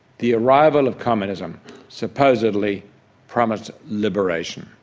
the arrival of communism supposedly promised liberation.